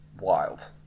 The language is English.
wild